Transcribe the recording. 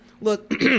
Look